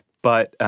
but